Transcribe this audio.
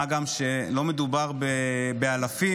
מה גם שלא מדובר באלפים,